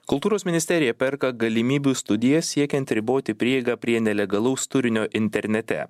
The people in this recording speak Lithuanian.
kultūros ministerija perka galimybių studiją siekiant riboti prieigą prie nelegalaus turinio internete